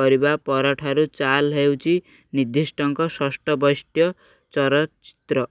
କରିବା ପରଠାରୁ ଚାଲ୍ ହେଉଛି ନିର୍ଦ୍ଦେଶକଙ୍କ ଷଷ୍ଠ ବୈଶିଷ୍ଟ୍ୟ ଚଳଚ୍ଚିତ୍ର